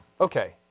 Okay